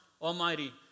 Almighty